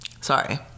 sorry